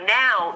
now